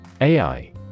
AI